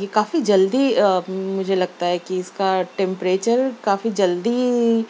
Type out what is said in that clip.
یہ کافی جلدی مجھے لگتا ہے کہ اِس کا ٹمپریچر کافی جلدی